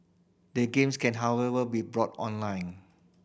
the games can however be bought online